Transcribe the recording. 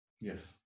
yes